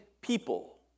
people